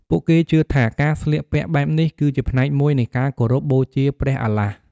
ពួកគេជឿថាការស្លៀកពាក់បែបនេះគឺជាផ្នែកមួយនៃការគោរពបូជាព្រះអាឡាហ៍។